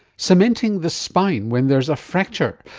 cementing the spine when there's a fracture,